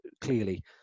clearly